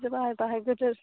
बिदिबा बाहाय गोदोर